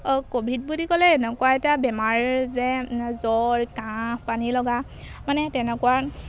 আৰু ক'ভিড বুলি ক'লে এনেকুৱা এটা বেমাৰ যে জ্বৰ কাহ পানী লগা মানে তেনেকুৱা